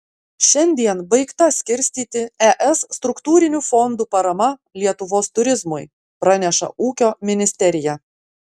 šiandien baigta skirstyti es struktūrinių fondų parama lietuvos turizmui praneša ūkio ministerija